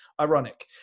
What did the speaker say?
ironic